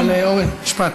לא, לא, אבל אורן, משפט.